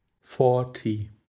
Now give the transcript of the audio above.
forty